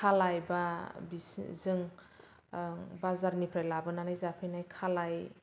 खालाय बा बे जों बाजारनिफ्राय लाबोनानै जाफैनाय खालाय